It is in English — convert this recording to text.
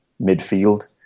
midfield